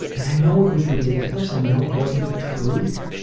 and i know it was ridiculous, i know it wasn't the truth,